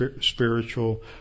spiritual